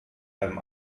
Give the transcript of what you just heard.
einem